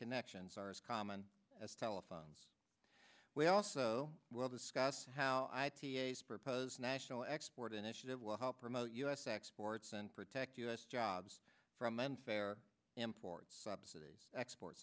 connections are as common as telephones we also will discuss how i propose national export initiative will help promote u s exports and protect us jobs from m fer import subsidies export